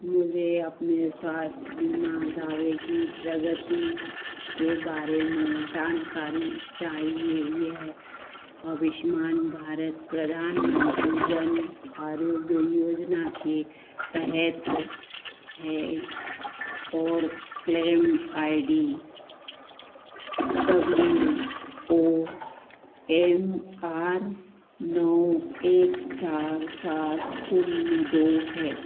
मुझे अपने स्वास्थ्य बीमा दावे की प्रगति के बारे में जानकारी चाहिए यह आयुष्मान भारत प्रधानमन्त्री जन आरोग्य योजना के तहत है और claim I D W O M R नौ एक चार सात शून्य दो है